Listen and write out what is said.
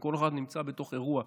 וכל אחד נמצא בתוך אירוע,